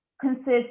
consists